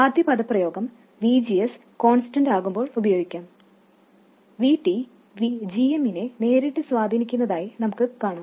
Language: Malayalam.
ആദ്യ പദപ്രയോഗം VGS കോൺസ്റ്റന്റ് ആകുമ്പോൾ ഉപയോഗിക്കാം Vt gm നെ നേരിട്ട് സ്വാധീനിക്കുന്നതായി നമുക്ക് കാണാം